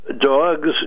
dogs